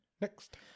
Next